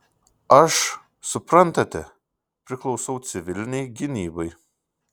aš suprantate priklausau civilinei gynybai